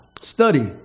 study